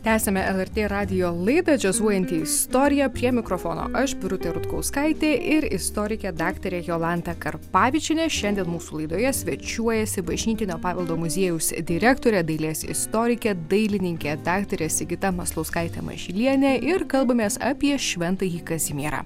tęsiame lrt radijo laidą džiazuojanti istorija prie mikrofono aš birutė rutkauskaitė ir istorikė daktarė jolanta karpavičienė šiandien mūsų laidoje svečiuojasi bažnytinio paveldo muziejaus direktorė dailės istorikė dailininkė daktarė sigita maslauskaitė mažylienė ir kalbamės apie šventąjį kazimierą